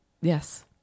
Yes